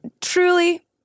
truly